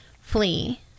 flee